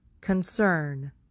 concern